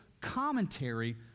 commentary